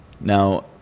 Now